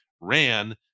ran